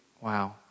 Wow